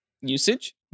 usage